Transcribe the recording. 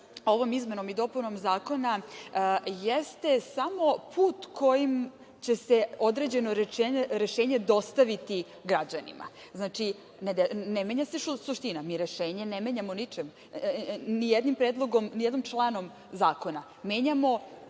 ovom izmenom i dopunom zakona jeste samo put kojim će se određeno rešenje dostaviti građanima. Znači, ne menja se suština. Mi rešenje ne menjamo ni jednim članom zakona. Menjamo